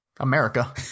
America